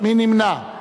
מי נמנע?